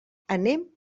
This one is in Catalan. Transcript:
anem